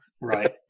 Right